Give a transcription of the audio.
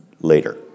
later